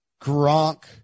Gronk